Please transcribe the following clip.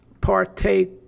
Partake